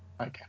Okay